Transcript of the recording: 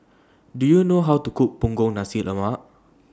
Do YOU know How to Cook Punggol Nasi Lemak